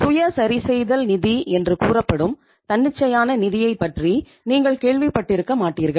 சுய சரிசெய்தல் நிதி என்று கூறப்படும் தன்னிச்சையான நிதியைப் பற்றி நீங்கள் கேள்விப்பட்டிருக்க மாட்டீர்கள்